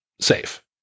safe